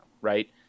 right